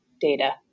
data